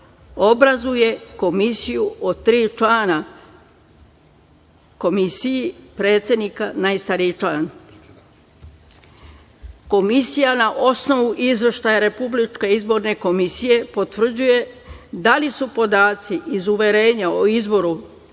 obrazuje komisiju od tri člana. Komisiji predsedava najstariji član. Komisija, na osnovu izveštaja Republičke izborne komisije, utvrđuje da li su podaci iz uverenja o izboru